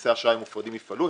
כשכרטיסי האשראי המופרדים יופעלו,